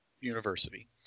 university